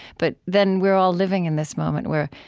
but then we're all living in this moment where,